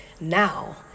now